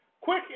quick